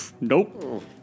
Nope